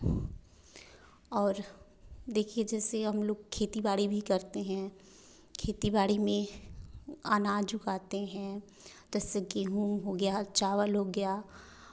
और देखिए जैसे हम लोग खेती बाड़ी भी करते हैं खेती बाड़ी में अनाज उगाते हैं जैसे की गेहूँ हो गया चावल हो गया